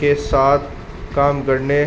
کے ساتھ کام کرنے